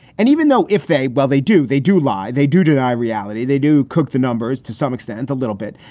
and even though if they well, they do they do lie. they do deny reality. they do cook the numbers to some extent a little bit.